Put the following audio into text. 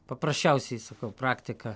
paprasčiausiai sakau praktika